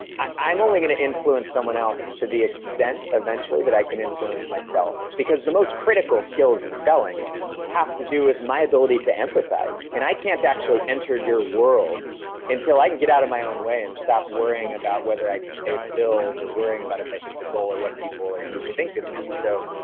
i'm only going to influence someone else to the extent eventually that i can influence myself. because the most critical skills in selling have to do with my ability to empathize. and i can't actually enter your world until i get out of my own way and stop worrying about whether i can pay the bills or worrying about if i hit the goal or what people or you think of me. so,